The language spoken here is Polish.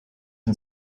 tym